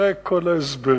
אחרי כל ההסברים,